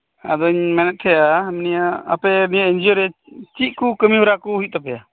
ᱟᱫᱚ ᱧ ᱢᱮᱱᱮᱫ ᱛᱟᱦᱮᱱᱟ ᱟᱯᱮ ᱱᱤᱭᱟᱹ ᱮᱱᱡᱤᱭᱚ ᱨᱮ ᱪᱮᱫ ᱪᱮᱫᱠᱚ ᱠᱟᱹᱢᱤ ᱦᱚᱨᱟ ᱠᱚ ᱦᱩᱭᱩᱜ ᱛᱟᱯᱮᱭᱟ